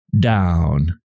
down